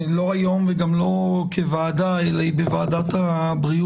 לא היום וגם לא כוועדה אלא היא בוועדת הבריאות